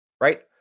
right